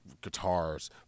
guitars